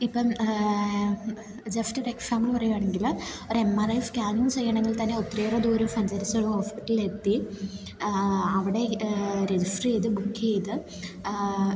ഇപ്പം ജസ്റ്റ് ഒരു എക്സാമ്പിൾ പറയുകയാണെങ്കിൽ ഒരു എം ആർ ഐ സ്കാനിങ് ചെയ്യണമെങ്കിൽ തന്നെ ഒത്തിരിയേറെ ദൂരം സഞ്ചരിച്ച് ഒരു ഹോസ്പിറ്റലിൽ എത്തി അവിടെ രജിസ്റ്റർ ചെയ്ത് ബുക്ക് ചെയ്ത്